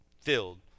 filled